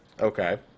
Okay